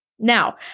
Now